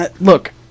Look